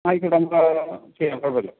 ആയിക്കോട്ടെ നമുക്ക് അത് ചെയ്യാം കുഴപ്പം ഇല്ല